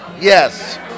Yes